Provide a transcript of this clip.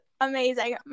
amazing